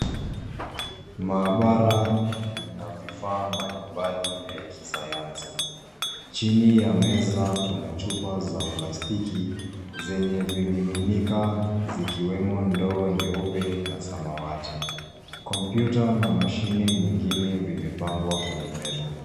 Maabara ina vifaa mbalimbali vya kisayansi. Chini ya meza, kuna chupa za plastiki zenye vimiminika, zikiwemo ndoo nyeupe na samawati. Kompyuta na mashine nyingine vimepangwa kwenye meza.